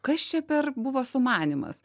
kas čia per buvo sumanymas